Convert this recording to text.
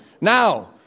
now